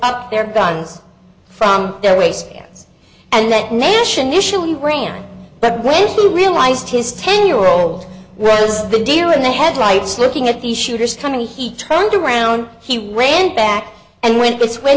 up their guns from their waistbands and that nation issue we ran but when he realized his ten year old rose the deer in the headlights looking at the shooter's coming he turned around he ran back and went this way